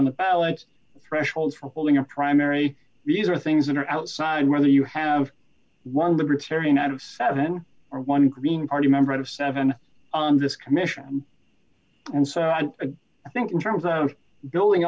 on the ballot thresholds for holding a primary these are things that are outside whether you have one libertarian out of seven or one green party member out of seven on this commission and so on i think in terms of building